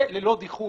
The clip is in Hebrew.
זה ללא דיחוי.